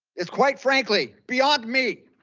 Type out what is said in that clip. it's quite frankly, beyond me.